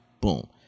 boom